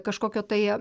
kažkokio tai